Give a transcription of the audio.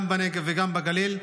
גם בנגב וגם בגליל,